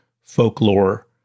folklore